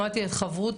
שמעתי את חברותא,